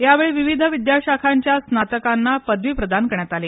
यावेळी विविध विद्याशाखांच्या स्नातकांना पदवी प्रदान करण्यात आली